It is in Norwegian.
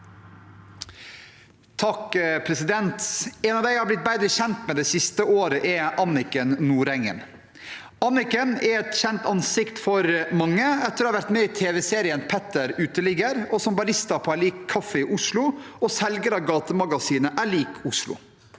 (H) En av dem jeg har blitt bedre kjent med det siste året er Anniken Nordengen. Anniken er et kjent ansikt for mange etter å ha vært med i tv-serien Petter uteligger. Hun er barista på Erlik Kaffe i Oslo og selger av gatemagasinet =Oslo.